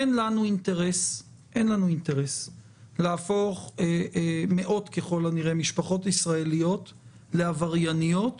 אין לנו אינטרס להפוך מאות משפחות ישראליות לעברייניות